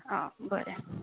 आं बरें